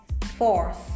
Fourth